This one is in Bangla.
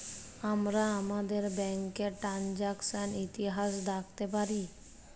আমরা আমাদের ব্যাংকের টেরানযাকসন ইতিহাস দ্যাখতে পারি